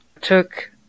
took